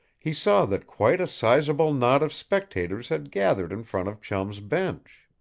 he saw that quite a sizable knot of spectators had gathered in front of chum's bench.